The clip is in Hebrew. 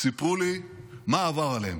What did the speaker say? סיפרו לי מה עבר עליהם.